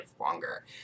longer